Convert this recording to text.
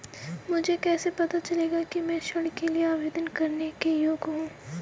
मुझे कैसे पता चलेगा कि मैं ऋण के लिए आवेदन करने के योग्य हूँ?